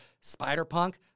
Spider-Punk